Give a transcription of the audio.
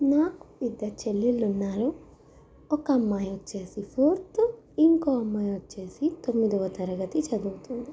నాకు ఇద్దరు చెల్లెళ్ళు ఉన్నారు ఒక అమ్మాయి వచ్చేసి ఫోర్తు ఇంకో అమ్మాయి వచ్చేసి తొమ్మిదవ తరగతి చదువుతుంది